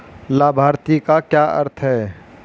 लाभार्थी का क्या अर्थ है?